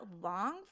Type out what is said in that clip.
long